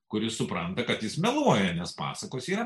kuris supranta kad jis meluoja nes pasakos jam